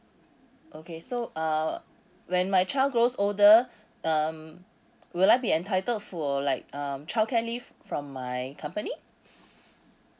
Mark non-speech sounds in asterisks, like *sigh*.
okay so uh when my child grows older *breath* um will I be entitled for like um childcare leave from my company *breath*